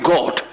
God